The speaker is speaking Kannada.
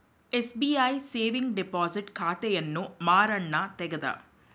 ಎಸ್.ಬಿ.ಐ ಸೇವಿಂಗ್ ಡಿಪೋಸಿಟ್ ಖಾತೆಯನ್ನು ಮಾರಣ್ಣ ತೆಗದ